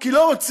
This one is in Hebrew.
כי לא רוצים,